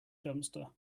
dumpster